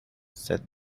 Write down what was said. said